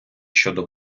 щодо